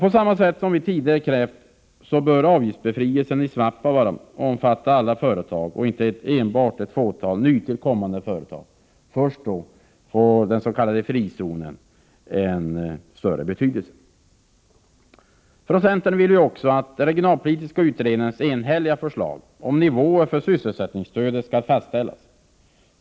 På samma sätt som vi tidigare krävt bör avgiftsbefrielsen i Svappavaara omfatta alla företag och inte enbart ett fåtal nytillkommande företag. Först då får den s.k. frizonen verklig betydelse. Från centern vill vi också att den regionalpolitiska utredningens enhälliga förslag om nivåer för sysselsättningsstödet skall fastställas.